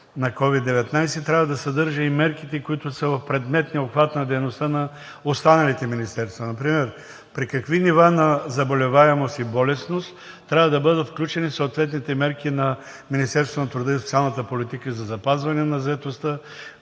на COVID-19 трябва да съдържа и мерките, които са в предметния обхват на дейността на останалите министерства? Например, при какви нива на заболеваемост и болестност трябва да бъдат включени съответните мерки на Министерството на труда и социалната политика за запазване на заетостта;